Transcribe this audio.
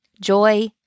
joy